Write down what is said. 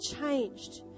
changed